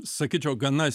sakyčiau gana